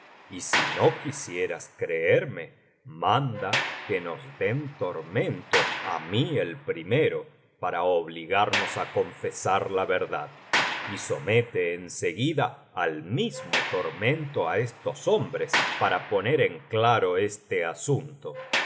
y si no quisieras creerme manda que nos den tormento á mí el primero para obligarnos á confesar la verdad y somete en seguida al mismo tormento á estos hombres para poner en claro este asunto